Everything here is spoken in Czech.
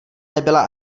nebyla